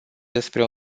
despre